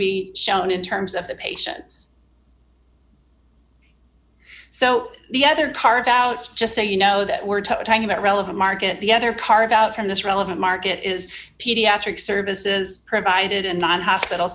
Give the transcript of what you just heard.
be shown in terms of the patients so the other carve out just say you know that we're talking about relevant market the other carve out from this relevant market is pediatric services provided and not hospital